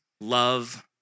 love